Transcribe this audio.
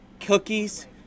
cookies